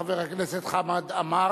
חבר הכנסת חמד עמאר,